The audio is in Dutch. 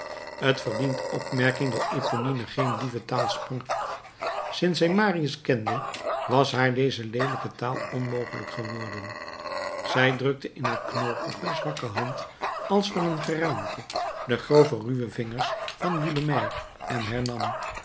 t verdient opmerking dat eponine geen dieventaal sprak sinds zij marius kende was haar deze leelijke taal onmogelijk geworden zij drukte in haar knokige zwakke hand als van een geraamte de grove ruwe vingers van gueulemer en hernam